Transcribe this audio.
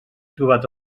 trobat